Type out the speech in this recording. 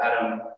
Adam